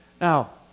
Now